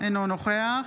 אינו נוכח